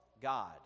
God